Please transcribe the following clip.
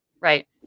Right